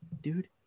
Dude